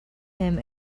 him